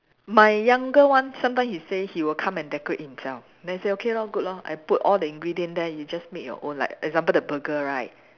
my younger one sometimes he say he will come and decorate himself then I say okay lor good lor I put all the ingredient then you just make your own like example the burger right